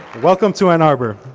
welcome to an ah but